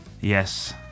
yes